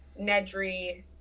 Nedry